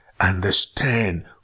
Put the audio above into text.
understand